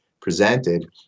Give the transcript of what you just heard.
presented